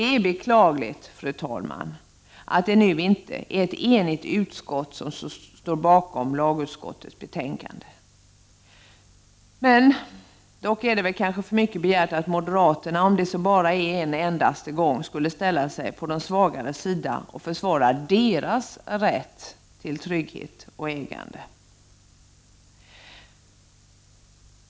Det är beklagligt, fru talman, att det nu inte är ett enigt utskott som står bakom lagutskottets betänkande. Dock är det väl för mycket begärt att mo deraterna, om så bara en endaste gång, skulle ställa sig på de svagares sida och försvara deras rätt till trygghet och ägande.